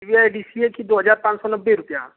ये डीसीए कि दो हजार पान सौ नब्बे रुपया